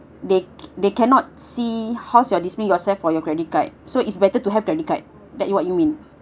they they cannot see how's your this means how for your credit card so it's better to have credit card that what you mean